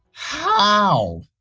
how?